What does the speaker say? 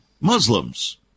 Muslims